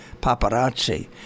paparazzi